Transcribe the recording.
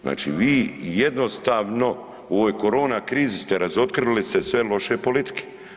Znači vi jednostavno u ovoj korona krizi ste razotkrili sve loše politike.